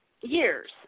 years